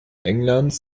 englands